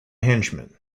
henchmen